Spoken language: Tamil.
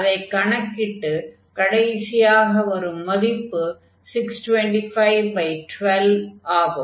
அதைக் கணக்கிட்டு கடைசியாக வரும் மதிப்பு 62512 ஆகும்